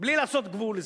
בלי לעשות גבול לזה.